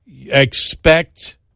expect